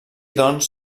doncs